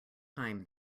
time